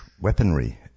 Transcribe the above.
weaponry